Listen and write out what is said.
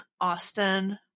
Austin